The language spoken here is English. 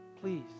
please